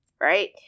right